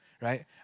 right